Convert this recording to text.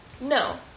No